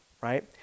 right